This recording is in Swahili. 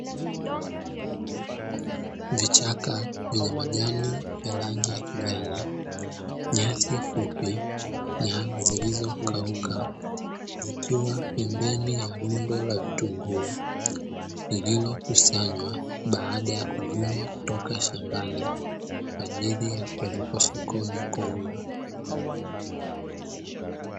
Vichaka vyenye majani ya rangi ya kijani, nyasi fupi na zilizokauka, zikiwa pembeni ya rundo la vitunguu, lililokusanywa baada ya kuvunwa kutoka shambani kwa ajili ya kupelekwa sokoni kuuzwa.